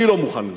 אני לא מוכן לזה.